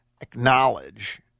acknowledge